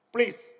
Please